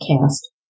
Cast